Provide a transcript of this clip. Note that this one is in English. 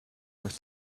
worth